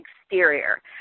exterior